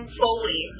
foley